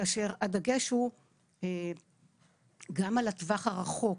כאשר הדגש הוא גם על הטווח הרחוק.